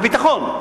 לביטחון.